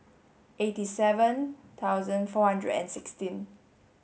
eighty seven thousand four hundred and sixteen